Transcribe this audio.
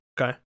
Okay